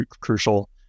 crucial